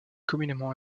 communément